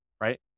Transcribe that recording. right